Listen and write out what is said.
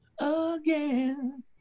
again